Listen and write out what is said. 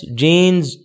jeans